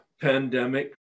pandemic